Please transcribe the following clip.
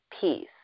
peace